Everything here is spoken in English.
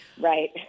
right